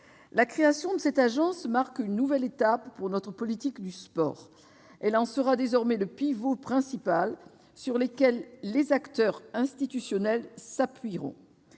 La création de l'Agence marque une nouvelle étape pour notre politique du sport. Elle en sera désormais le pivot principal, sur lequel les acteurs institutionnels s'appuieront.